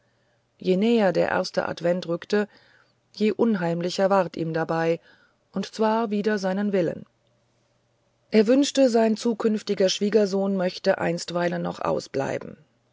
je näher der erste advent rückte je unheimlicher ward ihm dabei und zwar wider seinen willen er wünschte sein zukünftiger schwiegersohn möchte einstweilen noch ausbleiben